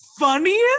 funniest